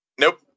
Nope